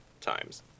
times